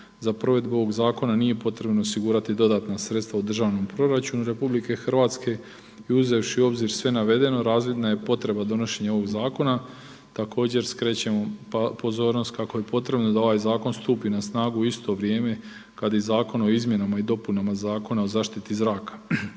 Za provedbu ovog zakona nije potrebno osigurati dodatna sredstva u državnom proračunu RH i uzevši u obzir sve navedeno, razvidna je potreba donošenja ovog zakona također skrećemo pozornost kako je potrebno da ovaj zakon stupi na snagu u isto vrijeme kada i zakon o izmjenama i dopunama Zakona o zaštiti zraka.